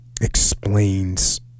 explains